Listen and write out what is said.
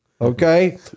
okay